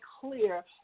clear